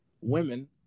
women